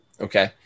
Okay